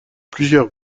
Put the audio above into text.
plusieurs